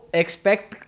expect